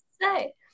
say